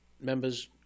members